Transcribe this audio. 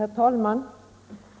Herr talman!